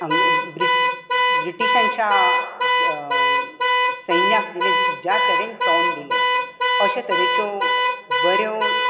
हांगां ब्रिटिशांच्या सैन्याक ज्या तरेन तोंड दिलें अशे तरेच्यो बऱ्यो